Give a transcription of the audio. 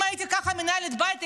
אם הייתי מנהלת בית ככה,